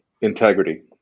integrity